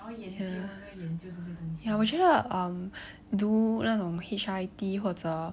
ya 我觉得 um do 那种 H_I_I_T 或者